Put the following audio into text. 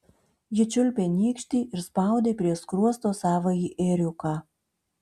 ji čiulpė nykštį ir spaudė prie skruosto savąjį ėriuką